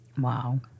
Wow